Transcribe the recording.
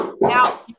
now